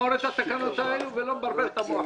נגמור את התקנות האלו ולא נבלבל את המוח.